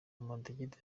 amadegede